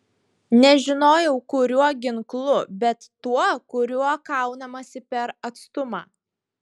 nežinojau kuriuo ginklu bet tuo kuriuo kaunamasi per atstumą